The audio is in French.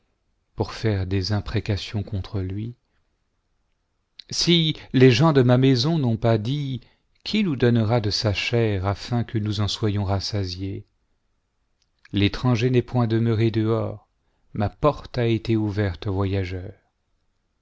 pour faire des imprécations contre lui si les gens de ma maison n'ont pas dit qui nous donnera de sa chair afin que nous en soyons rassasiés l'étranger n'est point demeuré dehors ma porte a été ouverte au voyageur